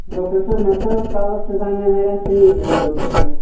doctor صٲب مےٚ سا ٲس کَلس تہِ زنٛگن نرٮ۪ن صحیح دود اوترٕ پٮ۪ٹھ